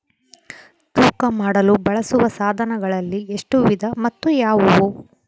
ತೂಕ ಮಾಡಲು ಬಳಸುವ ಸಾಧನಗಳಲ್ಲಿ ಎಷ್ಟು ವಿಧ ಮತ್ತು ಯಾವುವು?